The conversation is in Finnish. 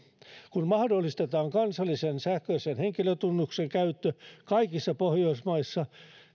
kun mahdollistetaan kansallisen sähköisen henkilötunnuksen käyttö kaikissa pohjoismaissa